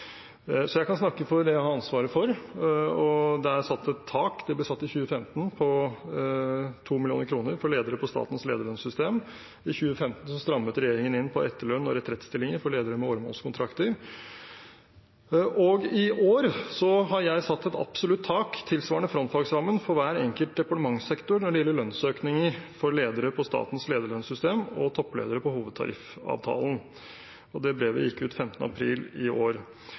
så jeg kan snakke for det jeg har ansvaret for. Det er satt et tak – det ble satt i 2015 – på 2 mill. kr for ledere på statens lederlønnssystem. I 2015 strammet regjeringen inn på etterlønn og retrettstillinger for ledere med åremålskontrakter, og i år har jeg satt et absolutt tak tilsvarende frontfagsrammen for hver enkelt departementssektor når det gjelder lønnsøkninger for ledere på statens lederlønnssystem og toppledere på hovedtariffavtalen. Det brevet gikk ut 15. april i år.